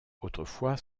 autrefois